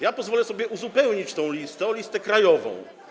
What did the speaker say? Ja pozwolę sobie uzupełnić tę listę o listę krajową.